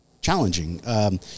challenging